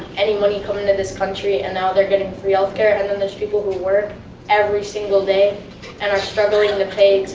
any money coming to this country, and now they're getting free health care, and then there's people who work every single day, and are struggling to pay